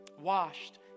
washed